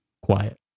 quiet